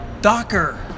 Docker